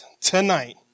tonight